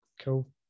Cool